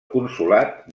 consolat